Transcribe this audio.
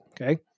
okay